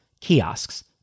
kiosks